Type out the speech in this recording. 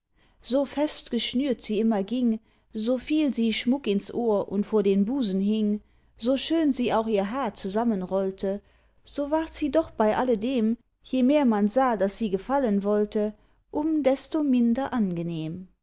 so fest geschnürt sie immer ging so viel sie schmuck ins ohr und vor den busen hing so schön sie auch ihr haar zusammenrollte so ward sie doch bei alledem je mehr man sah daß sie gefallen wollte um desto minder angenehm